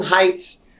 Heights